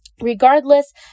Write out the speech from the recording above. Regardless